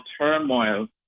turmoil